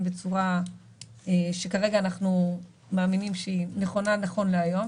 בצורה שכרגע אנחנו מאמינים שהיא נכונה נכון להיום,